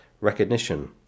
recognition